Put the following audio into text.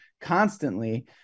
constantly